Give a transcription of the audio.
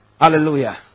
Hallelujah